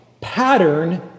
pattern